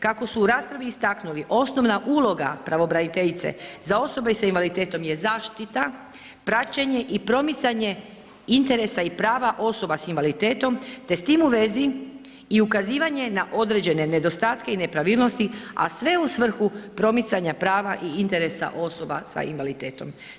Kako su u raspravi istaknuli osnovna uloga pravobraniteljica za osobe s invaliditetom je zaštita, praćenje i promicanje interesa i prava osoba s invaliditetom te s tim u vezi i ukazivanje na određene nedostatke i nepravilnosti, a sve u svrhu promicanja prava i interesa osoba s invaliditetom.